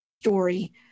story